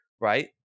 right